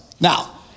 Now